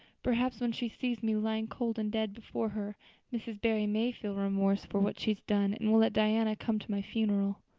perhaps when she sees me lying cold and dead before her mrs. barry may feel remorse for what she has done and will let diana come to my funeral.